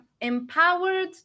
empowered